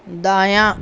دایاں